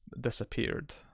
disappeared